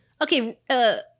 Okay